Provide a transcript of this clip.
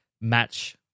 Match